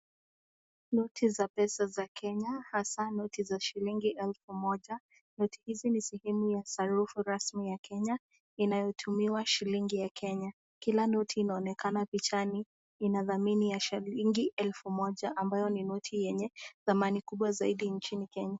Noti za pesa za kenya hasa noti za shillingi 1,000, noti hizi ni sehemu ya sarufu ya kenya, inayotumiwa shillingi ya kenya. Kila noti inaonekana pichani inadhamini ya shillingi 1,000 amabyo ni noti yenye thamini kubwa sana nchini kenya.